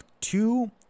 two